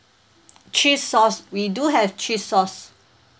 cheese sauce we do have cheese sauce